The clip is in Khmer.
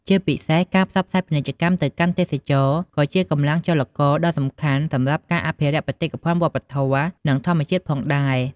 ជាពិសេស ការផ្សព្វផ្សាយពាណិជ្ជកម្មទៅកាន់ ទេសចរណ៍ក៏អាចជាកម្លាំងចលករដ៏សំខាន់សម្រាប់ការអភិរក្សបេតិកភណ្ឌវប្បធម៌ និងធម្មជាតិផងដែរ។